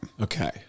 Okay